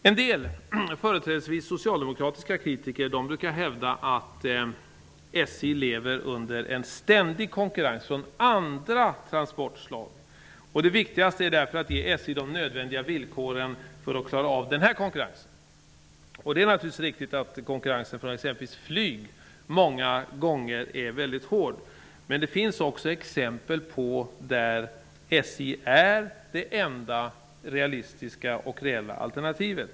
En del kritiker, företrädesvis socialdemokratiska, brukar hävda att SJ lever under en ständig konkurrens från andra transportslag och att det därför är viktigt att ge SJ de villkor som är nödvändiga för att klara av den nu påtalade konkurrensen. Det är naturligtvis riktigt att konkurrensen från exempelvis flyg många gånger är mycket hård. Men det finns också exempel där SJ är det enda realistiska och reella alternativet.